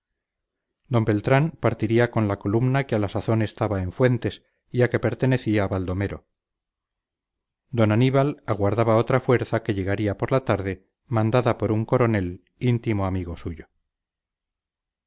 d beltrán partiría con la columna que a la sazón estaba en fuentes y a que pertenecía baldomero d aníbal aguardaba otra fuerza que llegaría por la tarde mandada por un coronel íntimo amigo suyo